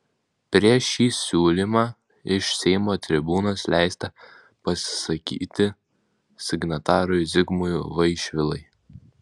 prieš šį siūlymą iš seimo tribūnos leista pasisakyti signatarui zigmui vaišvilai